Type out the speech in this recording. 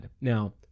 Now